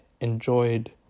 enjoyed